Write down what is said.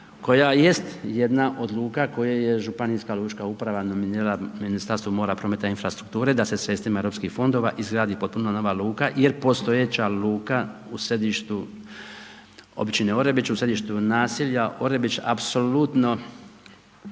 koja jest jedna od luka koje je županijska lučka uprava nominirala Ministarstvu mora, prometa i infrastrukture da se sredstvima europskih fondova izgradi potpuno nova luka jer postojeća luka u središtu općine Orebić, u središtu naselja Orebić,